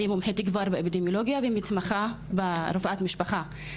אני התמחיתי --- ומתמחה ברפואת משפחה.